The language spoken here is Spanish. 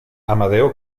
amadeo